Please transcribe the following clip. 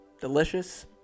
delicious